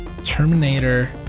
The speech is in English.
Terminator